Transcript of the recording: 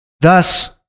thus